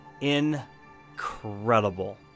incredible